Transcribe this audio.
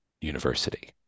University